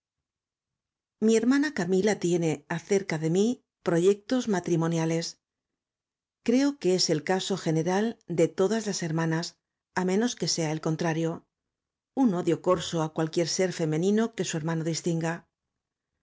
mi hermana camila tiene acerca de mí proyectos matrimoniales creo que es el caso g e neral de todas las hermanas á menos que sea el contrario un odio corso á cualquier ser femenino que su hermano distinga